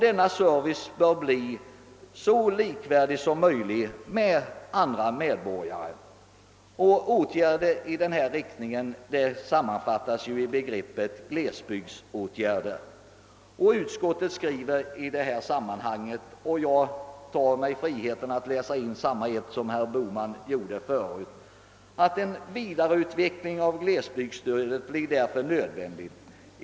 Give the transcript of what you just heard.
Denna service bör bli så likvärdig som möjligt med den som andra medborgare får. Åtgärder i denna riktning sammanfattas som bekant i begreppet »glesbygdsåtgärder». Utskottet skriver i detta sammanhang följande — jag tar mig friheten att till protokollet läsa in samma passus som den herr Bohman tidigare anförde: »En vidareutveckling av glesbygdsstödet blir därför nödvändig.